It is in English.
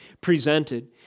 presented